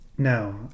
No